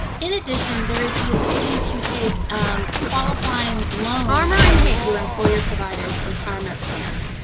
in addition, there is the ability to take um qualifying loans from your employer-provided retirement plans.